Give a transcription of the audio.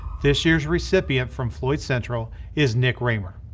this year's recipient from floyd central is nick raymer.